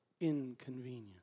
inconvenient